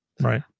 right